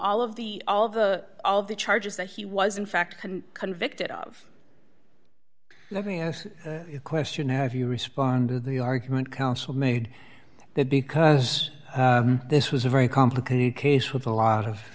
all of the all the all the charges that he was in fact convicted of let me ask a question have you responded the argument counsel made that because this was a very complicated case with a lot of